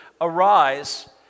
arise